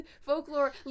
folklore